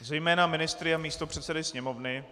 Zejména ministry a místopředsedy Sněmovny.